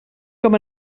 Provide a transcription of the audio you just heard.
com